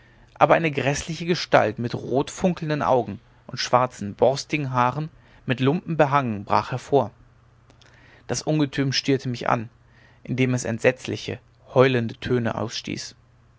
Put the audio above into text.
aber eine gräßliche gestalt mit rotfunkelnden augen und schwarzen borstigen haaren mit lumpen behangen brach hervor das ungetüm stierte mich an indem es entsetzliche heulende töne ausstieß